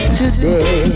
today